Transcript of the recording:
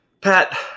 Pat